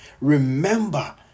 remember